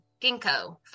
ginkgo